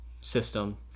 System